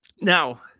Now